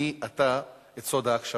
"אני-אתה", את סוד ההקשבה.